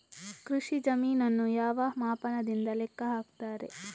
ಕೃಷಿ ಜಮೀನನ್ನು ಯಾವ ಮಾಪನದಿಂದ ಲೆಕ್ಕ ಹಾಕ್ತರೆ?